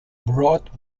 brought